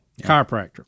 Chiropractor